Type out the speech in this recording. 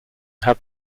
have